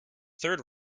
third